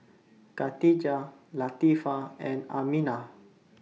Katijah Latifa and Aminah